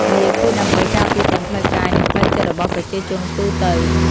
វាគឺដើម្បីការពារទាំងផ្លូវកាយនិងផ្លូវចិត្តរបស់ប្រជាជនទូទៅ។